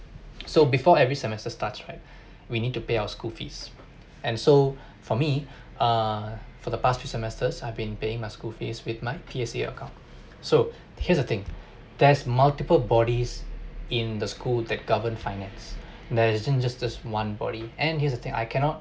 so before every semester starts right we need to pay our school fees and so for me uh for the past few semesters I've been paying my school fees with my P_S_A account so here's a thing there's multiple bodies in the school that govern finance there isn't just this one body and here's the thing I cannot